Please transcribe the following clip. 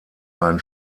ein